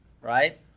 right